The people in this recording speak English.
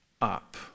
up